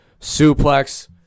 suplex